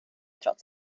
trots